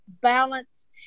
balance